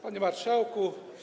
Panie Marszałku!